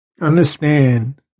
Understand